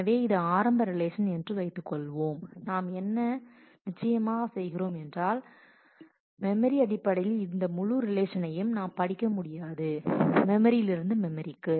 எனவே இது ஆரம்ப ரிலேஷன் என்று வைத்துக்கொள்வோம் நாம் என்ன நிச்சயமாக செய்கிறோம் என்றால் என்பது மெமரி அடிப்படையில் அந்த முழு ரிலேஷனையும் நாம் படிக்க முடியாது மெமரியிலிருந்து மெமரிக்கு